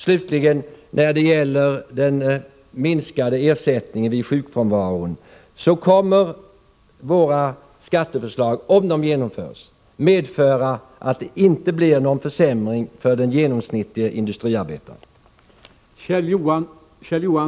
Slutligen: När det gäller den minskade ersättningen vid sjukfrånvaro kommer våra skatteförslag, om de genomförs, att medföra att det inte blir någon försämring för den genomsnittlige industriarbetaren.